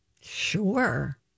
Sure